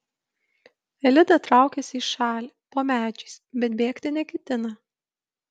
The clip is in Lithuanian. elida traukiasi į šalį po medžiais bet bėgti neketina